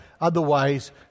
otherwise